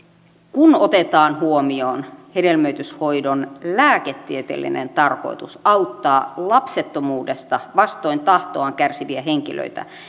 kun otetaan huomioon hedelmöityshoidon lääketieteellinen tarkoitus auttaa lapsettomuudesta vastoin tahtoaan kärsiviä henkilöitä